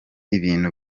ibintu